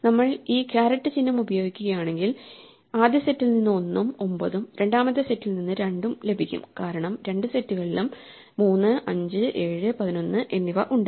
നമ്മൾ ഈ കാരറ്റ് ചിഹ്നം ഉപയോഗിക്കുകയാണെങ്കിൽ ആദ്യ സെറ്റിൽ നിന്ന് 1 ഉം 9 ഉം രണ്ടാമത്തെ സെറ്റിൽ നിന്ന് 2 ഉം ലഭിക്കും കാരണം രണ്ട് സെറ്റുകളിലും 3 5 7 11 എന്നിവ ഉണ്ട്